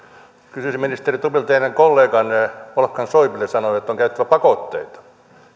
kysyisin ministeri stubbilta teidän kolleganne wolfgang schäuble sanoi että on käytettävä pakotteita